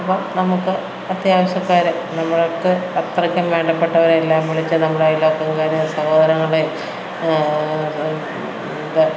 അപ്പോള് നമുക്ക് അത്യാവശ്യക്കാരെ നമ്മള്ക്ക് അത്രയ്ക്കും വേണ്ടപ്പെട്ടവരെ എല്ലാം വിളിച്ച് നമ്മുടെ അയല്വക്കക്കാരെയും സഹോദരങ്ങളെയും